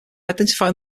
identifying